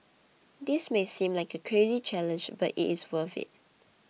this may seem like a crazy challenge but it's worth it